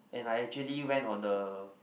and I actually went on the